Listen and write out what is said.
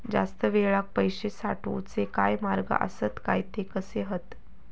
जास्त वेळाक पैशे साठवूचे काय मार्ग आसत काय ते कसे हत?